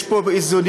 יש פה איזונים,